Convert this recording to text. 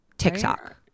TikTok